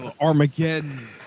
Armageddon